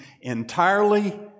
entirely